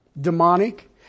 demonic